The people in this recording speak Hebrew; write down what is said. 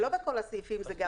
לא בכל הסעיפים זה גם וגם.